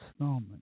installment